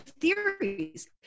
theories